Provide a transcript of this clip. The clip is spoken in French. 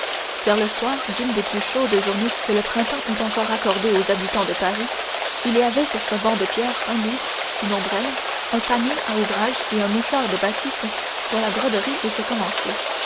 vers le soir d'une des plus chaudes journées que le printemps eût encore accordées aux habitants de paris il y avait sur ce banc de pierre un livre une ombrelle un panier à ouvrage et un mouchoir de batiste dont la broderie était commencée